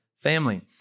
family